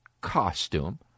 costume